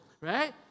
right